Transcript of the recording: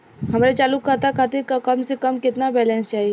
हमरे चालू खाता खातिर कम से कम केतना बैलैंस चाही?